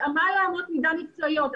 התאמה לאמות מידה מקצועיות,